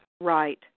Right